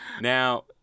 Now